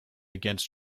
against